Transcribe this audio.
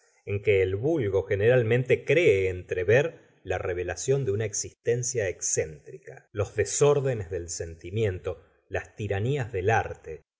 en que el vulgo generalmente cree entrever la revelación de una existencia escéntrica los desórdenes del sentimiento las tiranías del arte